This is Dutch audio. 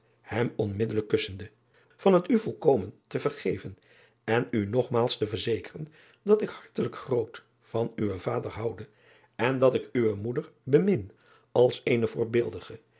em onmiddelijk kussende an het u volkomen te vergeven en u nogmaals te verzekeren dat ik hartelijk groot van uwen vader houde en dat ik uwe moeder bemin als eene